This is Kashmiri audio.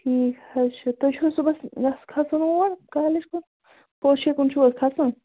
ٹھیٖک حظ چھُ تۄہہِ چھُوٕ صُبَحس وۅنۍ کھَسُن اور کالج کُن پوٚرشو کُن چھُو حظ کھسُن